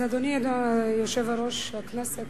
אדוני יושב-ראש הכנסת,